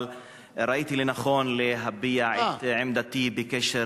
ראיתי לנכון להביע את עמדתי בקשר